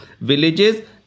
villages